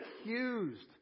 accused